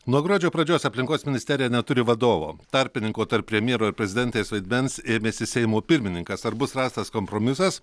nuo gruodžio pradžios aplinkos ministerija neturi vadovo tarpininko tarp premjero ir prezidentės vaidmens ėmėsi seimo pirmininkas ar bus rastas kompromisas